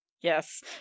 yes